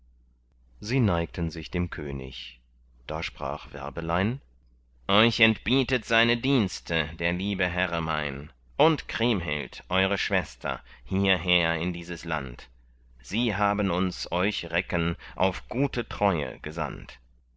sie neigten sich dem könig da sprach werbelein euch entbietet seine dienste der liebe herre mein und kriemhild eure schwester hierher in dieses land sie haben uns euch recken auf gute treue gesandt